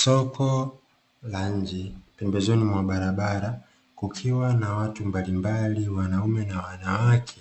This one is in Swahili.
Soko la nje, pembezoni mwa barabara kukiwa na watu mbalimbali wanaume na wanawake,